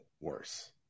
worse